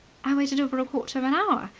i waited over a quarter of an hour.